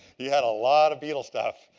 he had a lot of beetle stuff.